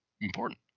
important